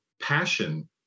passion